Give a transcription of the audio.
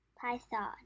Python